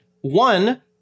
One